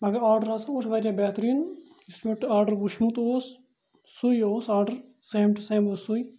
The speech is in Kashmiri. مگر آرڈَر آسان اوس واریاہ بہتریٖن یُس مےٚ تُہۍ آرڈَر وُچھمُت اوس سُے اوس آرڈَر سیم ٹُو سیم اوس سُے